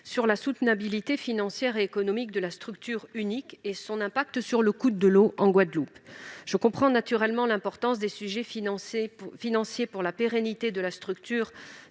sur la soutenabilité financière et économique de la structure unique et son impact sur le coût de l'eau en Guadeloupe. Je comprends, naturellement, l'importance des sujets financiers pour la pérennité de la structure